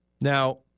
Now